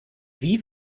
wie